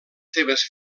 seves